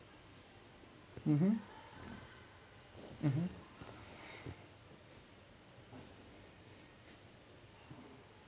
mmhmm mmhmm